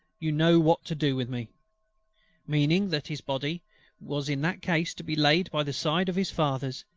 you know what to do with me meaning that his body was in that case to be laid by the side of his father's,